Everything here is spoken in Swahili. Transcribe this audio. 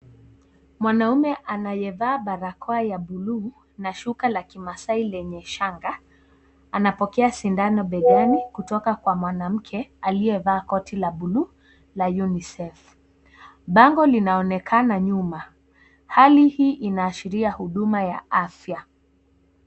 Mwanaume anayevaa barakoa ya buluu na shuka la Kimasaai lenye shanga. Anapokea sindano begani, kutoka kwa mwanamke aliyevaa koti la buluu la UNICEF. Bango linaonekana nyuma. Hali hii, inaashiria huduma ya afya.